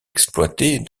exploitées